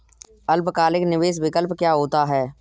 अल्पकालिक निवेश विकल्प क्या होता है?